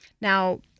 Now